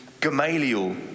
Gamaliel